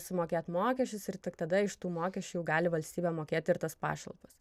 sumokėt mokesčius ir tik tada iš tų mokesčių jau gali valstybė mokėti ir tas pašalpas